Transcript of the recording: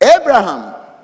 Abraham